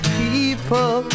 people